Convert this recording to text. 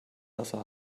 wasser